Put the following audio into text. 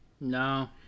No